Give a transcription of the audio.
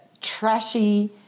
trashy